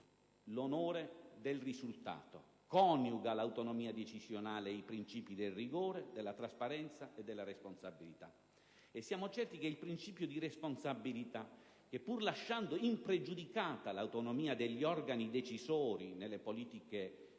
l'onere del risultato e coniuga l'autonomia decisionale ai principi del rigore, della trasparenza e della responsabilità. Siamo certi che il principio di responsabilità, pur lasciando impregiudicata l'autonomia degli organi decisori nelle scelte politiche,